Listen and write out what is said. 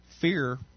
Fear